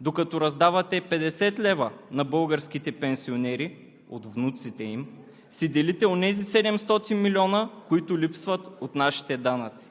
Докато раздавате 50 лв. на българските пенсионери от внуците им, си делите онези 700 млн., които липсват от нашите данъци.